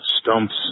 stumps